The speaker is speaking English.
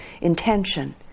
intention